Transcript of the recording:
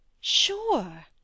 Sure